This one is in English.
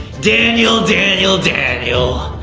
daniel, daniel, daniel.